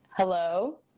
Hello